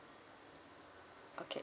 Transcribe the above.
okay